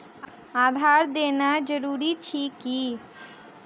आधार देनाय जरूरी अछि की?